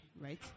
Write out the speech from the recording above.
right